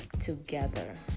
together